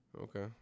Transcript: Okay